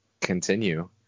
continue